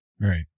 Right